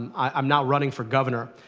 i'm now running for governor.